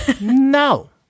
No